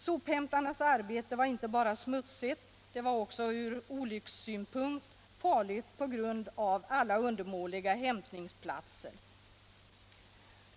Sophämtarnas arbete var inte bara smutsigt utan också från olyckssynpunkt farligt på grund av alla undermåliga hämtningsplatser.